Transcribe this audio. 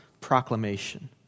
proclamation